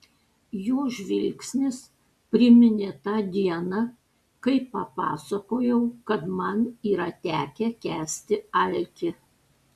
jo žvilgsnis priminė tą dieną kai papasakojau kad man yra tekę kęsti alkį